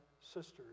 sisters